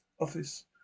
Office